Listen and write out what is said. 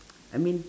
I mean